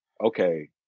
okay